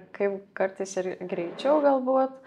kaip kartais greičiau galbūt